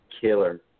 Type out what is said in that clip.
killer